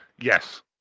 Yes